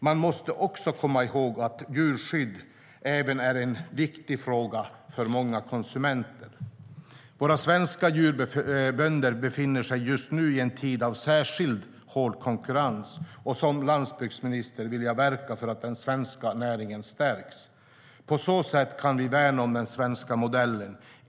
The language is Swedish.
Man måste också komma ihåg att djurskydd även är en viktig fråga för många konsumenter. Våra svenska djurbönder befinner sig just nu i en tid av särskilt hård konkurrens, och som landsbygdsminister vill jag verka för att den svenska näringen stärks. På så sätt kan vi värna om den svenska modellen.